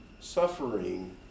Suffering